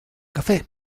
café